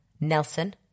Nelson